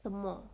什么